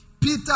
Peter